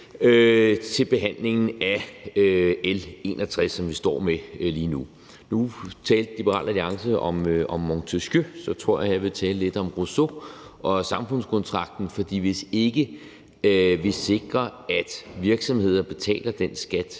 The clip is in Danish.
ved behandlingen af L 61, som vi står med lige nu. Nu talte Liberal Alliance om Montesquieu, så jeg tror, jeg vil tale lidt om Rousseau og samfundskontrakten. For hvis ikke vi sikrer, at virksomheder betaler den skat,